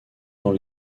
dans